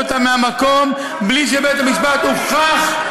אותם מהמקום בלי שבבית המשפט הוכח,